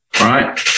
right